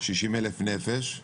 60,000 נפש,